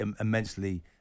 immensely